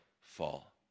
fall